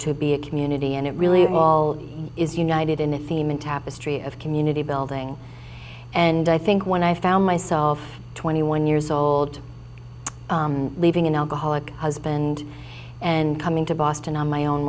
to be a community and it really all is united in a theme in tapestry of community building and i think when i found myself twenty one years old leaving an alcoholic husband and coming to boston on my own